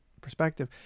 perspective